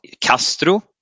Castro